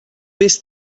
best